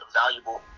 valuable